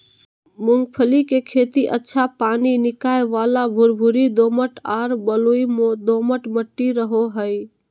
मूंगफली के खेती अच्छा पानी निकास वाला भुरभुरी दोमट आर बलुई दोमट मट्टी रहो हइ